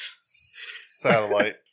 satellite